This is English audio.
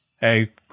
hey